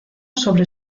sobre